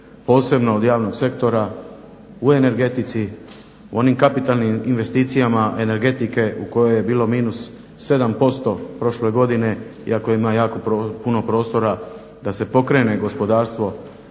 posebno od javnog sektora, u energetici, u onim kapitalnim investicijama energetike u koje je bilo -7% prošle godine. Iako ima jako puno prostora da se pokrene gospodarstvo